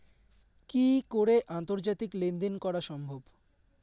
কি করে আন্তর্জাতিক লেনদেন করা সম্ভব?